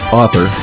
author